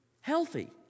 Healthy